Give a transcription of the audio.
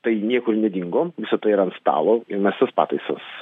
tai niekur nedingo visa tai yra ant stalo ir mes tas pataisas